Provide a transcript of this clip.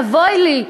אבוי לי,